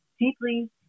deeply